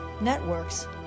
networks